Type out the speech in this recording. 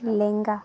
ᱞᱮᱸᱜᱟ